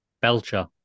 Belcher